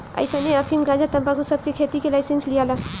अइसने अफीम, गंजा, तंबाकू सब के खेती के लाइसेंस लियाला